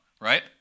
right